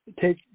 take